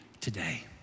today